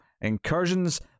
incursions